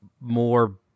more